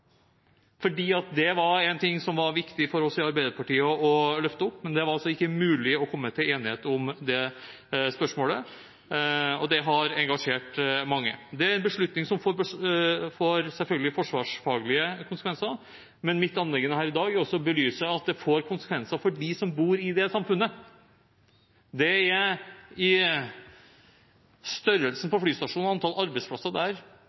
Det var en ting som det var viktig for oss i Arbeiderpartiet å løfte opp, men det var altså ikke mulig å komme til enighet om det spørsmålet, og det har engasjert mange. Det er en beslutning som selvfølgelig får forsvarsfaglige konsekvenser, men mitt anliggende her i dag er også å belyse at det får konsekvenser for dem som bor i det samfunnet. Når det gjelder størrelsen på flystasjonen, antall arbeidsplasser der,